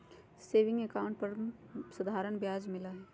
saving account पर साधारण ब्याज मिला हई